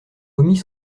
omis